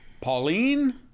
Pauline